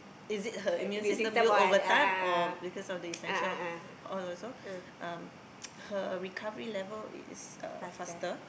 is it her immune system built over time or because of the essential oil also um her recovery level is uh faster